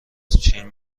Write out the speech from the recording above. چین